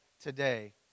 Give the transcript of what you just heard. today